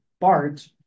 BART